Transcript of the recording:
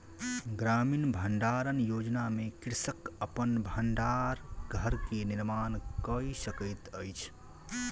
ग्रामीण भण्डारण योजना में कृषक अपन भण्डार घर के निर्माण कय सकैत अछि